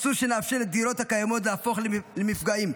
אסור שנאפשר לדירות הקיימות להפוך למפגעים.